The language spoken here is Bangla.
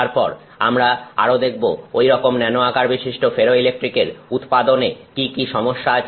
তারপর আমরা আরো দেখবো ঐরকম ন্যানো আকারবিশিষ্ট ফেরোইলেকট্রিক উৎপাদনে কি কি সমস্যা আছে